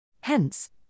Hence